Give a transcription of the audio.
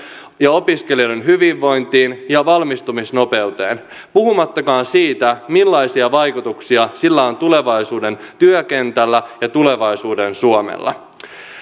ja opiskelijoiden hyvinvointiin ja valmistumisnopeuteen puhumattakaan siitä millaisia vaikutuksia sillä on tulevaisuuden työkentälle ja tulevaisuuden suomelle